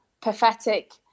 pathetic